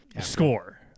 score